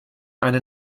eine